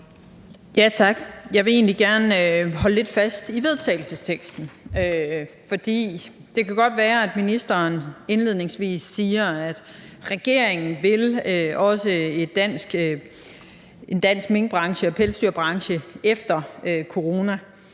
egentlig gerne holde lidt fast i forslaget til vedtagelse, for det kan godt være, at ministeren indledningsvis siger, at regeringen også vil en dansk minkbranche og